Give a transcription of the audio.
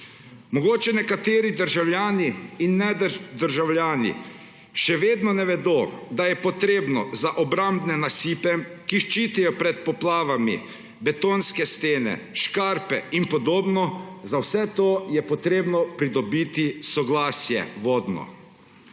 Mogoče nekateri državljani in nedržavljani še vedno ne vedo, da je treba za obrambne nasipe, ki ščitijo pred poplavami − betonske stene, škarpe in podobno −, pridobiti vodno